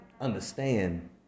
understand